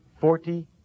Forty